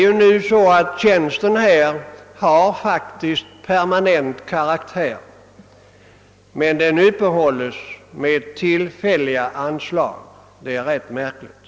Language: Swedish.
Denna tjänst har permanent karaktär men bestrides med tillfälliga anslag. Det är ganska märkligt!